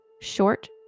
short